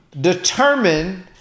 determine